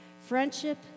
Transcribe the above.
Friendship